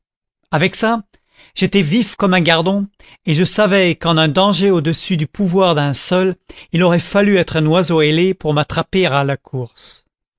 avec ça j'étais vif comme un gardon et je savais qu'en un danger au-dessus du pouvoir d'un seul il aurait fallu être un oiseau ailé pour m'attraper à la course